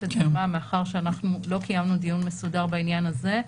הדגימה" מאחר שלא קיימנו דיון מסודר בעניין הזה,